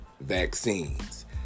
vaccines